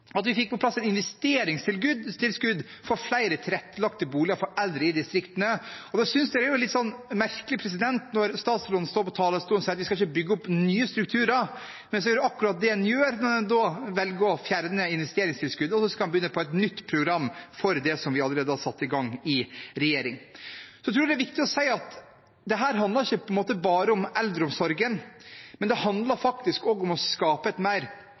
at vi fikk på plass et investeringstilskudd for flere tilrettelagte boliger for eldre i distriktene. Da synes jeg det er litt merkelig når statsråden står på talerstolen og sier at vi ikke skal bygge opp nye strukturer, mens det er akkurat det en gjør når en velger å fjerne investeringstilskuddet, og så skal en begynne på et nytt program for det vi allerede har satt i gang i regjering. Jeg tror også det er viktig å si at dette ikke bare handler om eldreomsorgen. Det handler faktisk også om å skape et mer